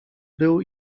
był